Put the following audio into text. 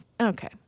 Okay